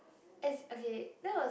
is okay that was